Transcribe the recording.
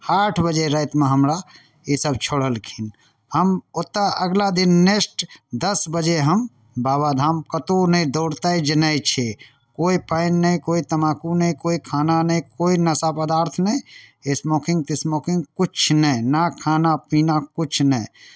आठ बजे रातिमे हमरा ईसभ छोड़लखिन हम ओतय अगिला दिन नेक्स्ट दस बजे हम बाबाधाम कतहु नहि दौड़ताइ जे नहि छै कोइ पानि नहि कोइ तमाकू नहि कोइ खाना नहि कोइ नशा पदार्थ नहि स्मोकिंग तिस्मोकिंग किछु नहि ने खाना पीना किछु नहि